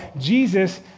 Jesus